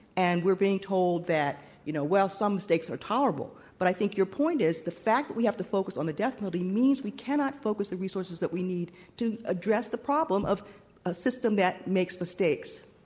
and we're being told that, you know, well, some mistakes are tolerable, but i think your point is the fact that we have to focus on the death penalty means we cannot focus the resources that we need to address the problem of a system that makes mistakes.